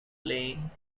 playing